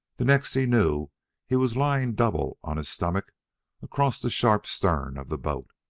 the next he knew he was lying doubled on his stomach across the sharp stern of the boat.